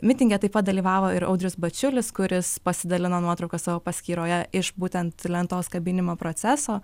mitinge taip pat dalyvavo ir audrius bačiulis kuris pasidalino nuotrauka savo paskyroje iš būtent lentos kabinimo proceso